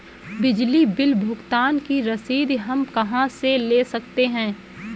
बिजली बिल भुगतान की रसीद हम कहां से ले सकते हैं?